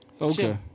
Okay